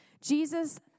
Jesus